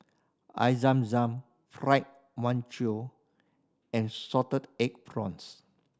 I zam zam Fried Mantou and salted egg prawns